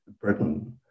Britain